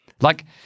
like-